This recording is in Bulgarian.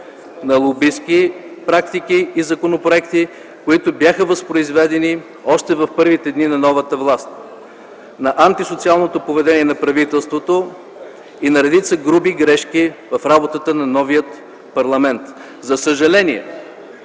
на лобистки практики и законопроекти, които бяха възпроизведени още в първите дни на новата власт, на антисоциалното поведение на правителството и на редица груби грешки в работата на новия парламент. За съжаление